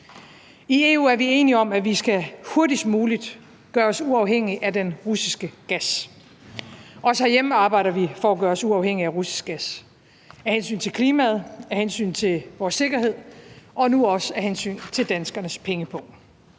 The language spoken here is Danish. I EU er vi enige om, at vi hurtigst muligt skal gøre os uafhængige af den russiske gas. Også herhjemme arbejder vi for at gøre os uafhængige af russisk gas af hensyn til klimaet, af hensyn til vores sikkerhed og nu også af hensyn til danskernes pengepung.